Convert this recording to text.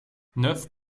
neuf